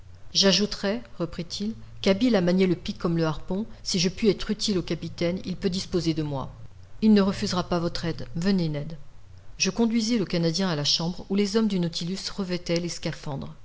j'ajouterai reprit-il qu'habile à manier le pic comme le harpon si je puis être utile au capitaine il peut disposer de moi il ne refusera pas votre aide venez ned je conduisis le canadien à la chambre ou les hommes du nautilus revêtaient leurs scaphandres